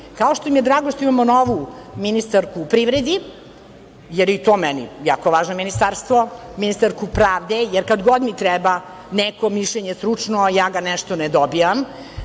Kao što mi je drago što imamo novu ministarku u privredi, jer je i to meni jako važno ministarstvo, ministarku pravde, jer kad god mi treba neko mišljenje stručno, a ja ga nešto ne dobijam,